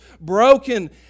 broken